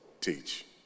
teach